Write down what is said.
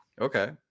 Okay